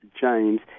James